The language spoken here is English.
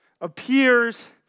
Appears